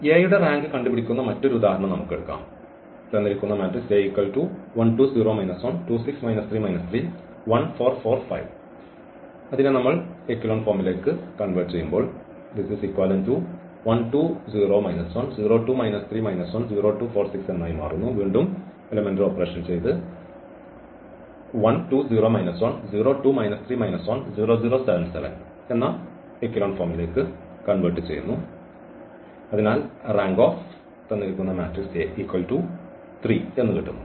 A യുടെ rank കണ്ടുപിടിക്കുന്ന മറ്റൊരു ഉദാഹരണം നമുക്ക് എടുക്കാം അതിനാൽ റാങ്ക് 3